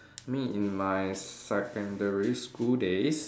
me in my secondary school days